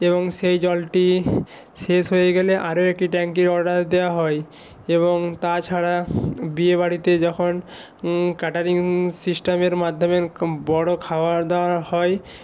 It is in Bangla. এবং সেই জলটি শেষ হয়ে গেলে আরও একটি ট্যাঙ্কির অর্ডার দেওয়া হয় এবং তাছাড়া বিয়ে বাড়িতে যখন ক্যাটারিং সিস্টেমের মাধ্যমে বড় খাওয়ার দাওয়ার হয়